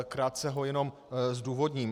Krátce ho jenom zdůvodním.